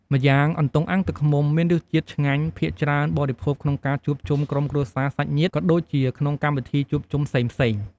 ម្យ៉ាងអន្ទង់អាំងទឹកឃ្មុំ មានរសជាតិឆ្ងាញ់ ភាគច្រើនបរិភោគក្នុងការជួបជុំក្រុមគ្រួសារញាតិមិត្ត ក៏ដូចជាក្នងពិធីជួបជុំផ្សេងៗ។